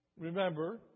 remember